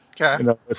Okay